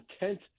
intent